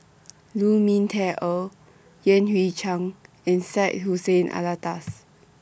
Lu Ming Teh Earl Yan Hui Chang and Syed Hussein Alatas